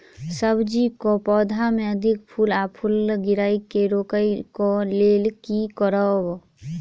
सब्जी कऽ पौधा मे अधिक फूल आ फूल गिरय केँ रोकय कऽ लेल की करब?